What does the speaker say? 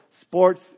sports